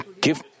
give